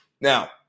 Now